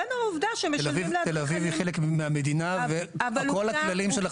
תל אביב היא חלק מהמדינה וכל הכללים של החשב הכללי